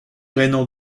rhénan